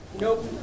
Nope